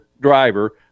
driver